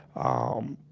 um